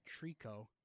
Trico